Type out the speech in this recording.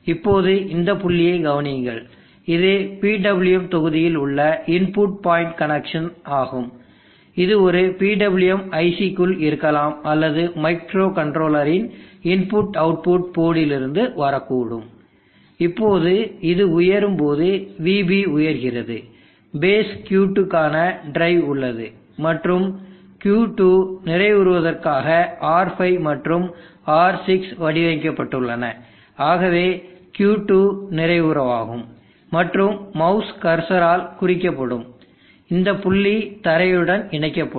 இப்போது இந்த புள்ளியை கவனியுங்கள் இது PWM தொகுதியில் உள்ள இன்புட் பாயிண்ட் கனெக்சன் ஆகும் இது ஒரு PWM IC க்குள் இருக்கலாம் அல்லது மைக்ரோகண்ட்ரோலரின் IO போர்ட்டிலிருந்து வரக்கூடும் இப்போது இது உயரும்போது Vb உயர்கிறது பேஸ் Q2 கான டிரைவ் உள்ளது மற்றும் Q2 நிறைவுருவதற்காக R5 மற்றும் R6 வடிவமைக்கப்பட்டுள்ளன ஆகவே Q2 நிறைவுருவாகும் மற்றும் மவுஸ் கர்சரால் குறிக்கப்படும் இந்த புள்ளி தரையுடன் உடன் இணைக்கப்படும்